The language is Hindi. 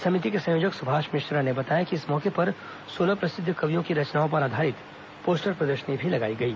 समिति के संयोजक सुभाष मिश्रा ने बताया कि इस मौके पर सोलह प्रसिद्ध कवियों की रचनाओं पर आधारित पोस्टर प्रदर्शनी भी लगाई गई